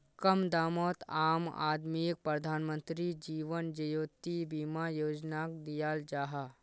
कम दामोत आम आदमीक प्रधानमंत्री जीवन ज्योति बीमा योजनाक दियाल जाहा